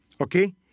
Okay